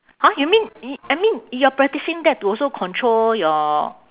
!huh! you mean i~ I mean you are practicing that to also control your